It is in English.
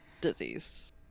disease